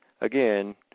Again